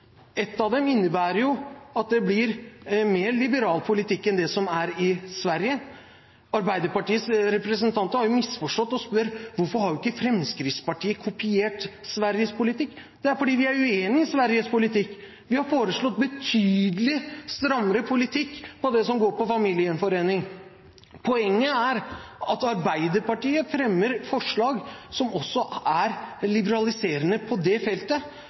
Ett av dem innebærer at det blir mer liberal politikk enn det som er i Sverige. Arbeiderpartiets representanter har misforstått og spør: Hvorfor har ikke Fremskrittspartiet kopiert Sveriges politikk? Det er fordi vi er uenig i Sveriges politikk. Vi har foreslått betydelig strammere politikk på det som går på familiegjenforening. Poenget er at Arbeiderpartiet fremmer forslag som også er liberaliserende på det feltet.